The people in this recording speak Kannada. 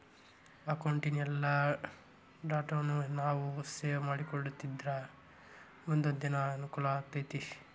ಅಕೌಟಿನ್ ಎಲ್ಲಾ ಡಾಟಾನೂ ನಾವು ಸೇವ್ ಮಾಡಿಟ್ಟಿದ್ರ ಮುನ್ದೊಂದಿನಾ ಅಂಕೂಲಾಕ್ಕೆತಿ